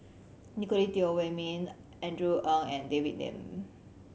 Nicolette Teo Wei Min Andrew Ang and David Lim